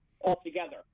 altogether